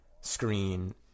screen